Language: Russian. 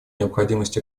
необходимость